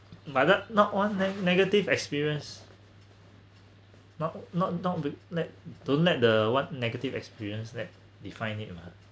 but that not one then negative experience not not not with let don't let the what negative experience that defined it mah